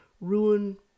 ruin